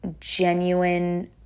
genuine